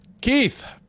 Keith